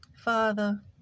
Father